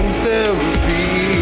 therapy